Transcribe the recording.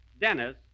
Dennis